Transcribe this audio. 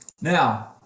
Now